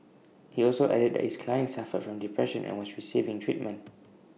he also added that his client suffered from depression and was receiving treatment